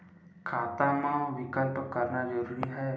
खाता मा विकल्प करना जरूरी है?